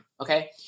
Okay